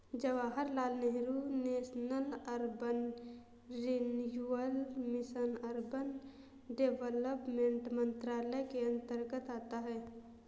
Jawaharlal Nehru national urban renewal mission urban development मंत्रालय के अंतर्गत आता है